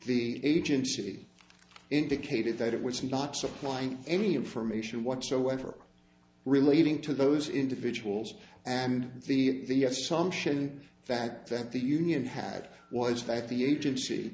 the agency indicated that it was not supplying any information whatsoever relating to those individuals and the the assumption the fact that the union had was that the agency